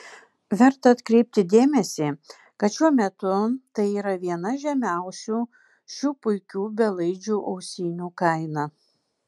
verta atkreipti dėmesį kad šiuo metu tai yra viena žemiausių šių puikių belaidžių ausinių kaina